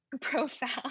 profound